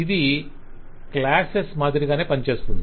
ఇది క్లాసేస్ మాదిరిగానే పనిచేస్తుంది